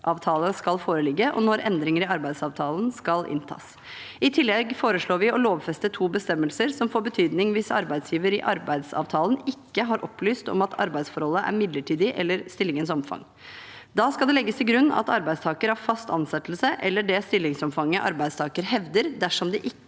skal foreligge, og når endringer i arbeidsavtalen skal inntas. I tillegg foreslår vi å lovfeste to bestemmelser som får betydning hvis arbeidsgiver i arbeidsavtalen ikke har opplyst om at arbeidsforholdet er midlertidig eller stillingens omfang. Da skal det legges til grunn at arbeidstaker har fast ansettelse eller det stillingsomfanget arbeidstaker hevder, dersom ikke